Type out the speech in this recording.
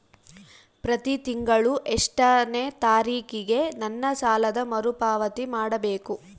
ಪ್ರತಿ ತಿಂಗಳು ಎಷ್ಟನೇ ತಾರೇಕಿಗೆ ನನ್ನ ಸಾಲದ ಮರುಪಾವತಿ ಮಾಡಬೇಕು?